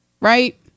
right